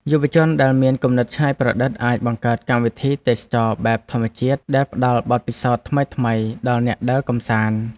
យុវជនដែលមានគំនិតច្នៃប្រឌិតអាចបង្កើតកម្មវិធីទេសចរណ៍បែបធម្មជាតិដែលផ្តល់បទពិសោធន៍ថ្មីៗដល់អ្នកដើរកម្សាន្ត។